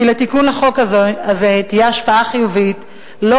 כי לתיקון החוק הזה תהיה השפעה חיובית לא